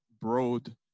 broad